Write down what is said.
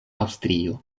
aŭstrio